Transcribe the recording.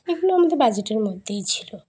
এগুলো আমাদের বাজেটের মধ্যেই ছিল